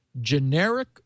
...generic